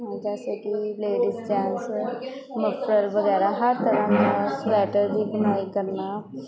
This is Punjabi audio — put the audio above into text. ਜੈਸੇ ਕਿ ਲੇਡੀਸ ਜੈਂਟਸ ਮਫਲਰ ਵਗੈਰਾ ਹਰ ਤਰ੍ਹਾਂ ਦਾ ਸਵੈਟਰ ਦੀ ਬੁਣਾਈ ਕਰਨਾ